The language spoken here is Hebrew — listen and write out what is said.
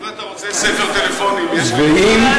אם אתה רוצה ספר טלפונים, יש לי.